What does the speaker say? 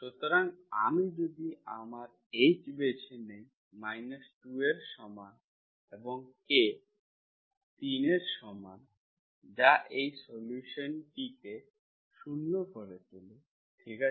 সুতরাং আমি যদি আমার h বেছে নিই 2 এর সমান এবং k 3 এর সমান যা এই সলিউশান টিকে 0 করে তোলে ঠিক আছে